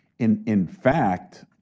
in in fact,